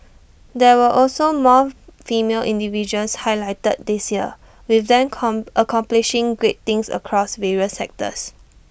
there were also more female individuals highlighted this year with them come accomplishing great things across various sectors